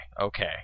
okay